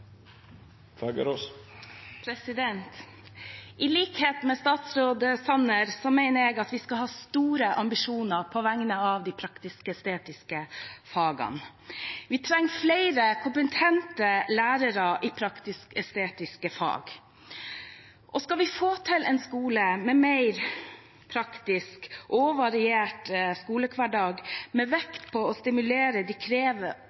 senere. I likhet med statsråd Sanner mener jeg at vi skal ha store ambisjoner på vegne av de praktisk-estetiske fagene. Vi trenger flere kompetente lærere i praktisk-estetiske fag. Skal vi få til en skole med en mer praktisk og variert skolehverdag med vekt på å stimulere de